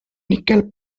nickel